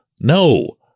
no